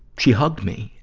she hugged me.